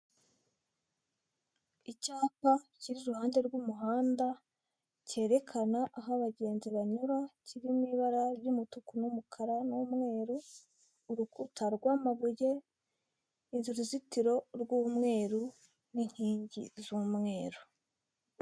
Icyapa kiri iruhande rw'umuhanda cyerekana aho abagenzi banyura kiri mu ibara ry'umutuku, n'umukara n'umweru, urukuta rw'amabuye uruzitiro rw'umweru n'inkingi z'umweru.